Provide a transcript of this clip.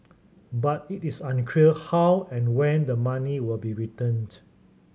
but it is unclear how and when the money will be returned